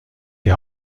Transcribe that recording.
die